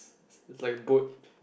is like a boat